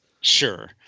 Sure